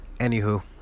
Anywho